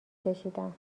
کشیدم